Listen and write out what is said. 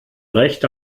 recht